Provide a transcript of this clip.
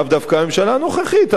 לאו דווקא הממשלה הנוכחית,